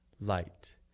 light